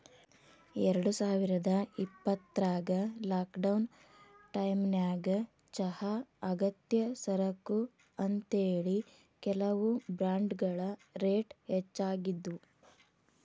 ಎರಡುಸಾವಿರದ ಇಪ್ಪತ್ರಾಗ ಲಾಕ್ಡೌನ್ ಟೈಮಿನ್ಯಾಗ ಚಹಾ ಅಗತ್ಯ ಸರಕು ಅಂತೇಳಿ, ಕೆಲವು ಬ್ರಾಂಡ್ಗಳ ರೇಟ್ ಹೆಚ್ಚಾಗಿದ್ವು